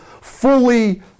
fully